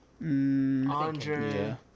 andre